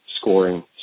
scoring